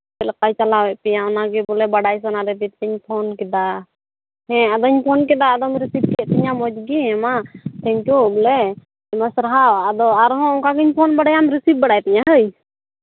ᱪᱮᱫᱞᱮᱠᱟᱭ ᱪᱟᱞᱟᱣᱮᱫ ᱯᱮᱭᱟ ᱚᱱᱟ ᱜᱮ ᱵᱚᱞᱮ ᱵᱟᱰᱟᱭ ᱥᱟᱱᱟ ᱠᱤᱫᱤᱧᱛᱮ ᱯᱷᱳᱱ ᱠᱮᱫᱟ ᱦᱮᱸ ᱟᱫᱚᱧ ᱯᱷᱳᱱ ᱠᱮᱫᱟ ᱟᱫᱚᱢ ᱨᱮᱥᱤᱵᱷ ᱠᱮᱫ ᱛᱤᱧᱟ ᱢᱚᱡᱽ ᱜᱮ ᱢᱟ ᱠᱤᱱᱛᱩ ᱵᱚᱞᱮ ᱟᱭᱢᱟ ᱥᱟᱨᱦᱟᱣ ᱟᱨ ᱦᱚᱸ ᱚᱱᱠᱟ ᱜᱮᱧ ᱯᱷᱳᱱ ᱵᱟᱲᱟᱭᱟ ᱨᱤᱥᱤᱵᱷ ᱵᱟᱲᱟᱭ ᱛᱤᱧᱟ ᱦᱳᱭ